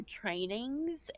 trainings